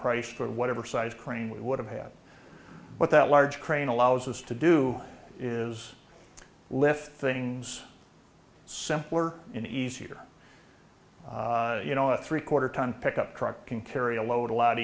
price for whatever sized crane we would have had but that large crane allows us to do is lift things simpler and easier you know a three quarter ton pickup truck can carry a load a lot